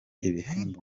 ibihembo